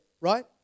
right